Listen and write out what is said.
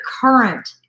current